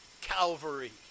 Calvary